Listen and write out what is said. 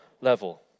level